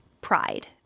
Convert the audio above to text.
pride